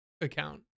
account